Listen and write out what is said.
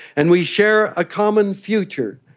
and we share a common future,